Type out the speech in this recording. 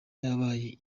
yabaye